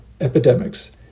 epidemics